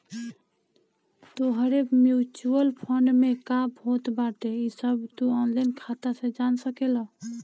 तोहरे mutual fund में का होत बाटे इ सब तू ऑनलाइन खाता से जान सकेला